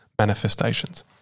manifestations